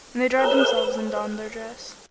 and they dried themselves and donned their dress.